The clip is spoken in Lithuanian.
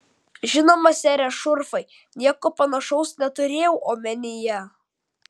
žinoma sere šurfai nieko panašaus neturėjau omenyje